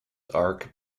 arch